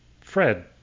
Fred